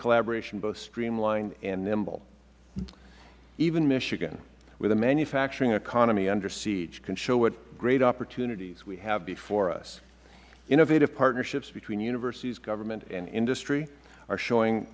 collaboration both streamlined and nimble even michigan with a manufacturing economy under siege can show what great opportunities we have before us innovative partnerships between universities government and industry are showing